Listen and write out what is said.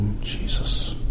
Jesus